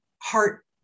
heart